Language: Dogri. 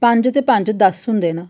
पंज ते पंज दस्स होंदे न